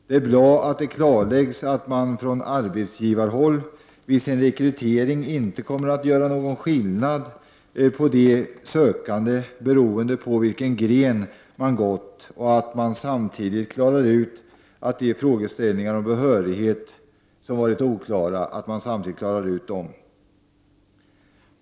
Det är bra att det klarläggs att man från arbetsgivarhåll vid rekryteringen inte kommer att göra någon skillnad på de sökande beroende på vilken gren de gått och att man samtidigt klarar ut de frågeställningar om behörighet som tidigare varit oklara.